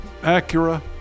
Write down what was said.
Acura